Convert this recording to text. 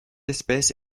espèce